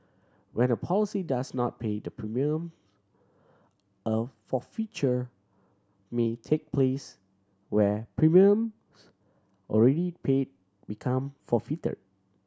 when a policy does not pay the premium a forfeiture may take place where premiums already paid become forfeited